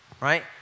right